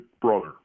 brother